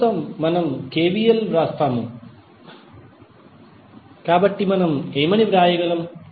ఈ మెష్ కోసం మనము కెవిఎల్ వ్రాస్తాము కాబట్టి మనం ఏమి వ్రాయగలం